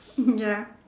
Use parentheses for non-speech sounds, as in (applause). (laughs) ya